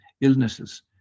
illnesses